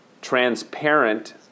Transparent